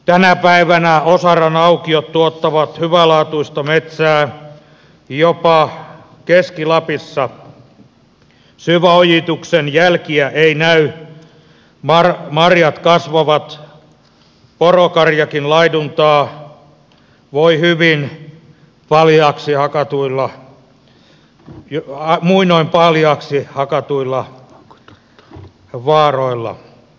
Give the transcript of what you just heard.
tänä päivänä osaran aukiot tuottavat hyvälaatuista metsää jopa keski lapissa syväojituksen jälkiä ei näy marjat kasvavat porokarjakin laiduntaa ja voi hyvin muinoin paljaaksi hakatuilla vaaroilla